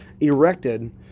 erected